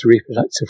reproductive